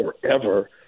forever